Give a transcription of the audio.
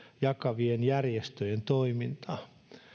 jakavien järjestöjen toimintaan